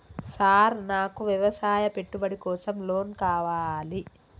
Sir నాకు వ్యవసాయ పెట్టుబడి కోసం లోన్ కావాలి?